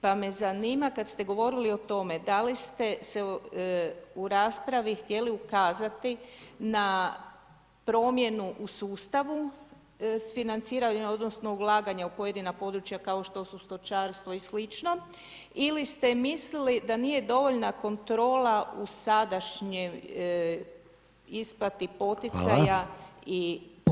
Pa me zanima kada ste govorili o tome da li ste u raspravi htjeli ukazati na promjenu u sustavu financiranja odnosno ulaganja u pojedina područja kao što su stočarstvo i sl. ili ste mislili da nije dovoljna kontrola u sadašnjoj isplati poticaja i potpora?